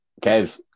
Kev